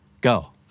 Go